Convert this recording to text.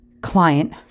client